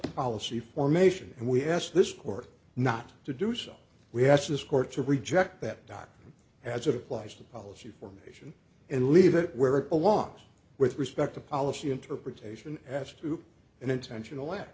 policy formation and we asked this court not to do so we have this court to reject that as it applies to policy formation and leave it where it belongs with respect to policy interpretation as to an intentional